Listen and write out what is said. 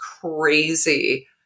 crazy